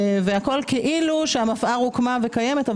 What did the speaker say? והכול כאילו שמפא"ר הוקמה וקיימת,